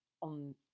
on